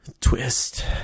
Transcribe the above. Twist